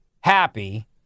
Happy